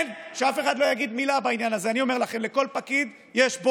אבל זה הפקידים של האוצר.